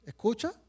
Escucha